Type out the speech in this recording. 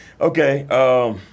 Okay